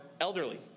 elderly